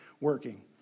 working